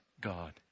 God